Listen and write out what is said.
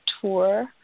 tour